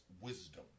wisdom